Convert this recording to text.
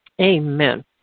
Amen